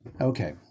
Okay